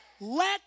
Let